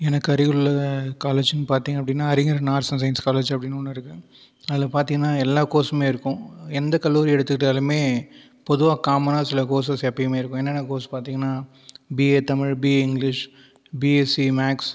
எனக்கு அருகிலுள்ள காலேஜுன்னு பார்த்தீங்க அப்படின்னா Arignar Anna arts and science college அப்படின்னு ஒன்று இருக்குது அதில் பார்த்தீங்கன்னா எல்லா கோர்ஸுமே இருக்கும் எந்த கல்லூரியை எடுத்துக்கிட்டாலுமே பொதுவாக காமனா சில கோர்ஸ்சஸ் எப்போயுமே இருக்கும் என்னென்ன கோர்ஸ் பார்த்தீங்கன்னா BA Tamil BA English BSc maths